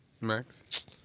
Max